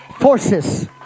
forces